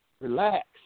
Relax